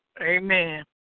Amen